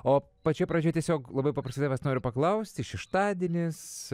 o pačioj pradžioj tiesiog labai paprastai tavęs noriu paklausti šeštadienis